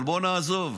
אבל בואו נעזוב.